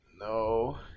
No